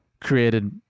created